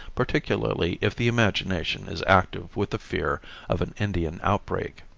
particularly if the imagination is active with the fear of an indian outbreak.